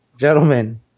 gentlemen